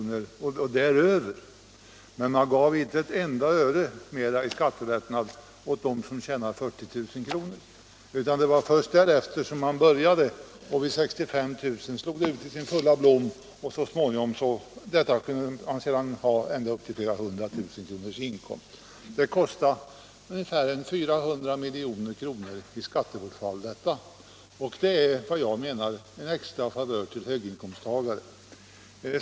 i skattelättnader, men man gav inte ett enda öre i skattelättnader till dem som tjänar under 40 000 kr. Först vid en inkomst på över 40 000 kr. träder den här skattelättnaden in, och den slår ut i sin fulla blom vid 65 000 kr. för att sedan avancera till att gälla för inkomster på flera hundra tusen kronor. Detta kostar ungefär 400 milj.kr. i skattebortfall. Det är detta jag anser vara en extra favör till höginkomsttagarna.